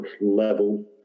level